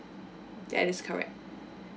that is correct